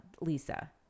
Lisa